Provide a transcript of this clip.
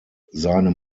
seinem